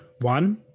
one